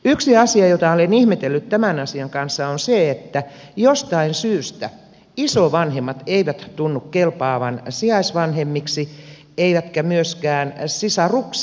yksi asia jota olen ihmetellyt tämän asian kanssa on se että jostain syystä isovanhemmat eivät tunnu kelpaavan sijaisvanhemmiksi eivätkä myöskään sisarukset